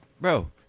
Bro